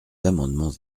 amendements